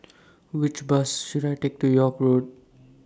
Which Bus should I Take to York Road